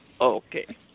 Okay